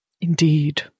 Indeed